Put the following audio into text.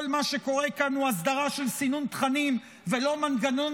מה שקורה כאן הוא הסדרה של סינון תכנים ולא מנגנון